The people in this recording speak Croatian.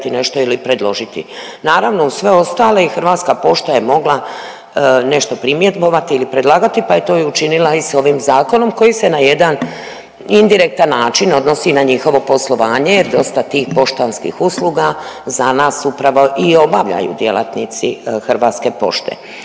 nešto ili predložiti. Naravno uz sve ostale i Hrvatska pošta je mogla nešto primjedbovati ili predlagati pa je to učinila i s ovim zakonom koji se na jedan indirektan način odnosi na njihovo poslovanje jer dosta tih poštanskih usluga za nas upravo i obavljaju djelatnici Hrvatske pošte.